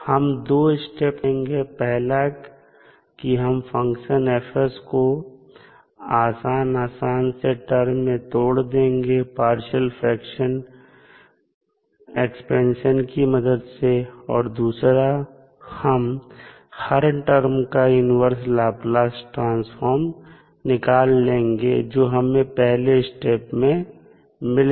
हम दो स्टेप का प्रयोग करेंगे पहला कि हम फंक्शन F को आसान आसान से टर्म में तोड़ देंगे पार्शियल फ्रेक्शन एक्सपेंशन की मदद से और दूसरा हम हर टर्म का इन्वर्स लाप्लास ट्रांसफॉर्म निकाल लेंगे जो हमें पहले स्टेप में मिले हैं